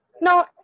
no